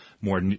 more